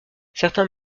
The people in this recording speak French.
certains